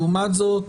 לעומת זאת,